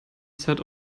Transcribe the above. set